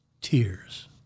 tears